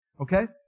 Okay